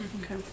Okay